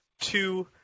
Two